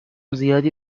زیادی